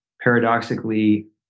Paradoxically